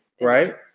Right